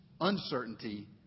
uncertainty